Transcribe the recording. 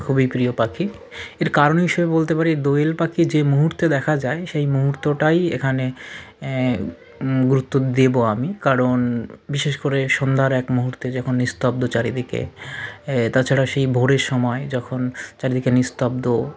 খুবই প্রিয় পাখি এর কারণ হিসেবে বলতে পারি দোয়েল পাখি যে মুহূর্তে দেখা যায় সেই মুহূর্তটাই এখানে এ গুরুত্ব দেবো আমি কারণ বিশেষ করে সন্ধ্যার এক মুহূর্তে যখন নিস্তব্ধ চারিদিকে এ তাছাড়া সেই ভোরের সময়ে যখন চারদিকে নিস্তব্ধ